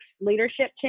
leadership